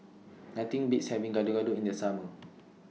Nothing Beats having Gado Gado in The Summer